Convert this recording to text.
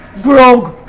grog.